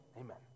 amen